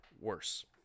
worse